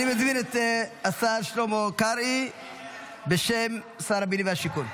אני מזמין את השר שלמה קרעי בשם שר הבינוי והשיכון.